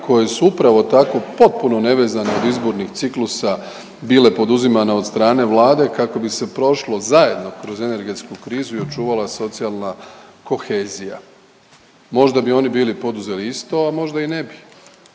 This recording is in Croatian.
koje su upravo tako potpuno nevezano od izbornih ciklusa bile poduzimane od strane Vlade kako bi se prošlo zajedno kroz energetsku krizu i očuvala socijalna kohezija. Možda bi oni bili poduzeli isto, a možda i ne bi.